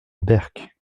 berck